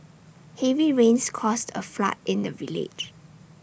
heavy rains caused A flood in the village